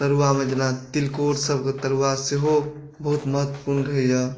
तरुआमे जेना तिलकोरसभके तरुआ सेहो बहुत महत्वपूर्ण रहैए